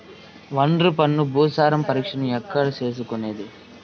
ఒండ్రు మన్ను భూసారం పరీక్షను ఎక్కడ చేసుకునేది?